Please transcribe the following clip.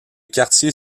quartier